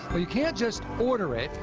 but you can't just order it.